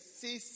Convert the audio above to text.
see